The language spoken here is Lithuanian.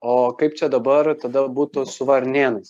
o kaip čia dabar tada būtų su varnėnais